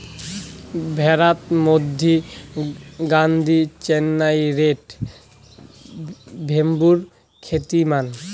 ভ্যাড়াত মধ্যি গাদ্দি, চেন্নাই রেড, ভেম্বুর খ্যাতিমান